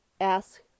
Ask